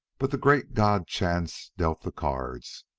but the great god chance dealt the cards.